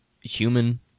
human